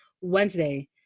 Wednesday